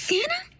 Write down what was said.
Santa